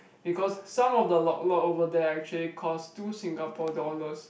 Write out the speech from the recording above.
because some of the Lok Lok over there actually cost two Singapore dollars